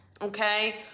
okay